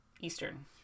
Eastern